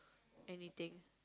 anything